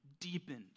deepened